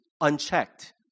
unchecked